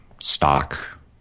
stock